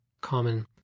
common